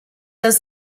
does